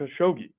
Khashoggi